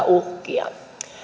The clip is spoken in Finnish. uhkia